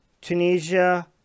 Tunisia